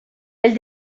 elle